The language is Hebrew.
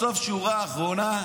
בסוף, בשורה האחרונה: